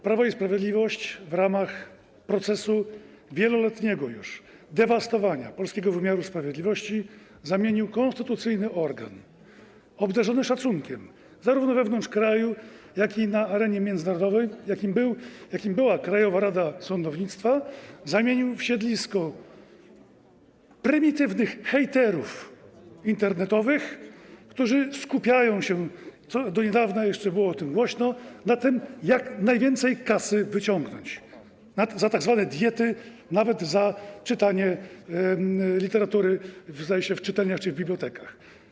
Prawo i Sprawiedliwość w ramach procesu wieloletniego już dewastowania polskiego wymiaru sprawiedliwości zamieniło konstytucyjny organ obdarzony szacunkiem, zarówno wewnątrz kraju, jak i na arenie międzynarodowej, jakim była Krajowa Rada Sądownictwa, w siedlisko prymitywnych hejterów internetowych, którzy skupiają się - do niedawna jeszcze było o tym głośno - na tym, jak najwięcej kasy wyciągnąć za tzw. diety, nawet za czytanie literatury, zdaje się, w czytelniach czy w bibliotekach.